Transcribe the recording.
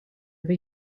over